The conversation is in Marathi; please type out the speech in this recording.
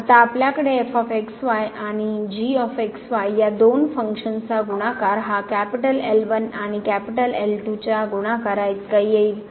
आता आपल्याकडे आणि या दोन फंक्शन्सचा गुणाकार हा L1 आणि L2 च्या गुणाकारा इतका येईल